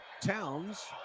Towns